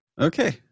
okay